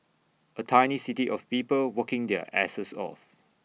A tiny city of people working their asses off